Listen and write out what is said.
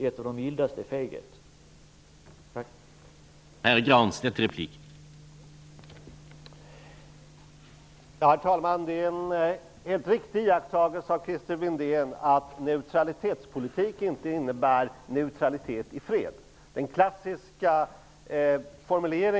Ett av de mildaste orden är feghet.